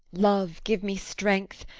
love give me strength!